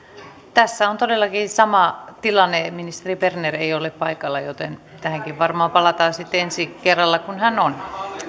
tässä on todellakin sama tilanne että ministeri berner ei ei ole paikalla joten tähänkin varmaan palataan sitten ensi kerralla kun hän on